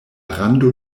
rando